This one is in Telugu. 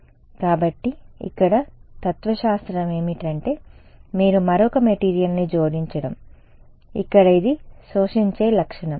కాబట్టి ఇక్కడ తత్వశాస్త్రం ఏమిటంటే మీరుమరొక మెటీరియల్ని జోడించడం ఇక్కడ ఇది శోషించే లక్షణం